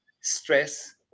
stress